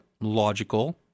logical